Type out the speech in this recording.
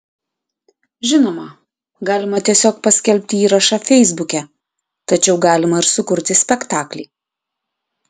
žinoma galima tiesiog paskelbti įrašą feisbuke tačiau galima ir sukurti spektaklį